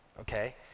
okay